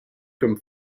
comme